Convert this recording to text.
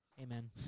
Amen